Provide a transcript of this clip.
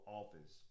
office